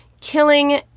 killing